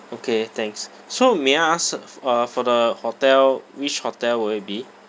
okay thanks so may I ask f~ uh for the hotel which hotel will it be